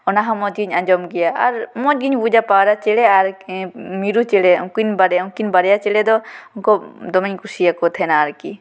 ᱚᱱᱟ ᱦᱚᱸ ᱢᱚᱡᱽᱜᱮᱧ ᱟᱡᱚᱢ ᱜᱮᱭᱟ ᱟᱨ ᱢᱚᱡᱽᱜᱮᱧ ᱵᱩᱡᱟ ᱯᱟᱣᱨᱟ ᱪᱮᱬᱮ ᱟᱨ ᱢᱤᱨᱩ ᱪᱮᱬᱮ ᱩᱱᱠᱤᱱ ᱵᱟᱨᱭᱟ ᱩᱱᱠᱤᱱ ᱵᱟᱨᱭᱟ ᱪᱮᱬᱮ ᱫᱚ ᱩᱱᱠᱩ ᱫᱚᱢᱮᱧ ᱠᱩᱥᱤ ᱟᱠᱚ ᱛᱟᱦᱮᱱᱟ ᱟᱨᱠᱤ